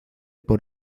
por